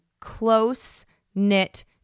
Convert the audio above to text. close-knit